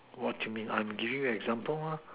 what you mean I am giving you example mah